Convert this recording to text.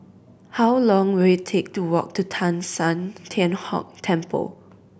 how long will it take to walk to Teng San Tian Hock Temple